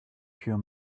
pure